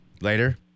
Later